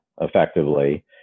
effectively